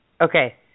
Okay